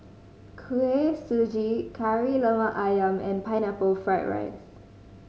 Kuih Suji Kari Lemak Ayam and Pineapple Fried rice